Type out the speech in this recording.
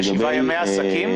זה שבעה ימי עסקים?